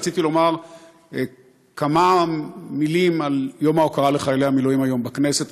רציתי לומר כמה מילים על יום ההוקרה לחיילי המילואים היום בכנסת.